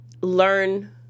learn